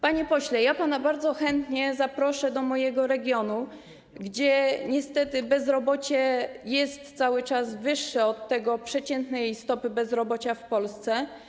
Panie pośle, bardzo chętnie zaproszę pana do mojego regionu, gdzie niestety bezrobocie jest cały czas wyższe od przeciętnej stopy bezrobocia w Polsce.